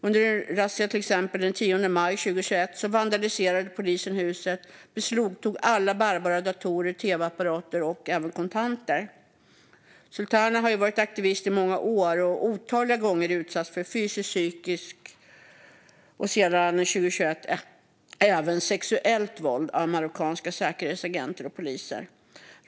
Under en razzia den 10 maj 2021, till exempel, vandaliserade polisen huset och beslagtog alla bärbara datorer, tv-apparater och även kontanter. Sultana har ju varit aktivist i många år och otaliga gånger utsatts för fysiskt, psykiskt och sedan 2021 även sexuellt våld av marockanska säkerhetsagenter och poliser.